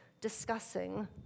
discussing